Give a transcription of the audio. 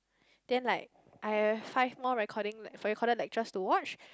then like I have five more recording recorded lectures to watch